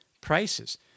prices